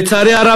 לצערי הרב,